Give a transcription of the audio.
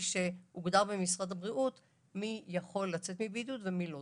שהוגדר במשרד הבריאות מי יכול לצאת מבידוד ומי לא.